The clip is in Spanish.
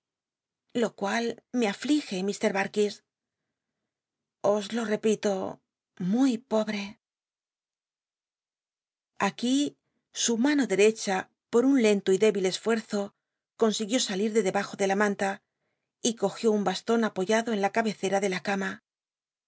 lo cual me aflige mr llarkis os lo repito muy pobre acjuí su mano dciocha por un lento y débil esfuctzo consiguió salir de debajo de la manta y cogió un bast on apoyado en la cabecera de la cama